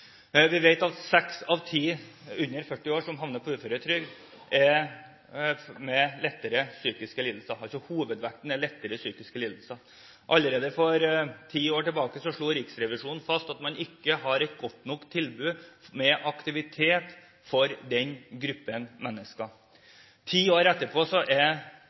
Vi vet at seks av ti under 40 år som havner på uføretrygd, har lettere psykiske lidelser, altså har hovedvekten av disse lettere psykiske lidelser. Allerede for ti år siden slo Riksrevisjonen fast at man ikke har et godt nok tilbud med aktivitet for den gruppen mennesker. Ti år etterpå er